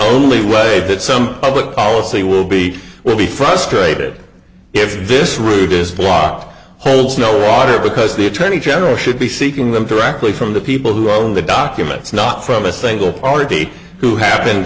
only way that some public policy will be will be frustrated if this route is flop holds no water because the attorney general should be seeking them directly from the people who own the documents not from a single party who happen